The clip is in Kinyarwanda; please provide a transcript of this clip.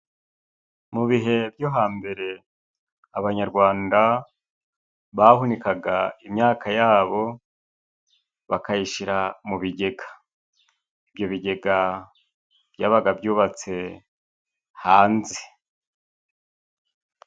Mu bihe byo hambere abanyarwanda bahunikaga imyaka yabo, bakayishyira mu bigega, ibyo bigega byabaga byubatse hanze.